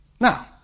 Now